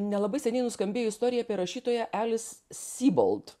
nelabai seniai nuskambėjo istorija apie rašytoją elis sybolt